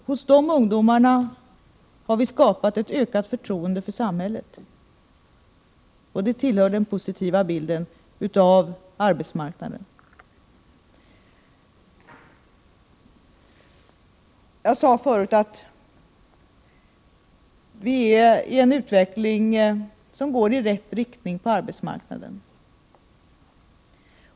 Hos de ungdomarna har vi skapat ett ökat förtroende för samhället. Det tillhör den positiva bilden av arbetsmarknaden. Jag sade förut att utvecklingen på arbetsmarknaden går i rätt riktning.